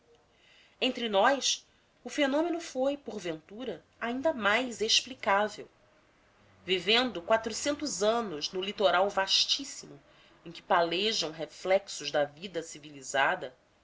entre nós o fenômeno foi porventura ainda mais explicável vivendo quatrocentos anos no litoral vastíssimo em que palejam reflexos da vida civilizada